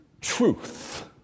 Truth